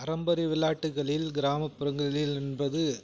பாரம்பரிய விளையாட்டுகளில் கிராமப்புறங்களில் என்பது